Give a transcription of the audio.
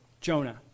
Jonah